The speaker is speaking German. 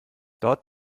dort